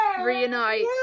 reunite